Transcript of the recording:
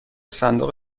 صندوق